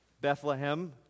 Bethlehem